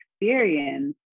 experience